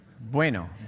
bueno